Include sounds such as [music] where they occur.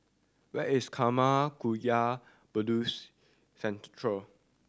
where is Karma Kagyud Buddhist Centre [unintelligible]